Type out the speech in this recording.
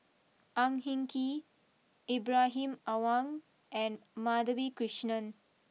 Ang Hin Kee Ibrahim Awang and Madhavi Krishnan